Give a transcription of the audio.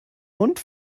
und